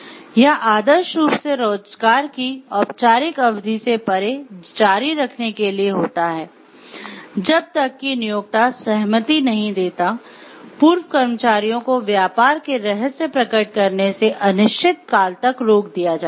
यह आदर्श रूप से रोजगार की औपचारिक अवधि से परे जारी रखने के लिए होता है जब तक कि नियोक्ता सहमति नहीं देता पूर्व कर्मचारियों को व्यापार के रहस्य प्रकट करने से अनिश्चित काल तक रोक दिया जाता है